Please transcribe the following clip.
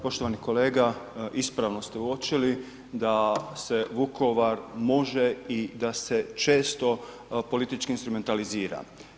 Poštovani kolega ispravno ste uočili da se Vukovar može i da se često politički instrumentalizira.